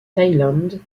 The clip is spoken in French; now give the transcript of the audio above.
thaïlande